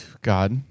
God